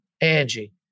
Angie